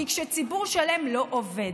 כי כשציבור שלם לא עובד,